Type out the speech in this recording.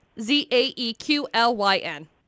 Z-A-E-Q-L-Y-N